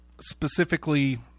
specifically